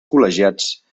col·legiats